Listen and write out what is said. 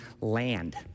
land